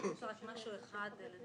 אפשר רק משהו אחד?